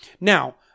Now